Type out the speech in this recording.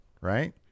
right